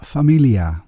Familia